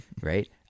Right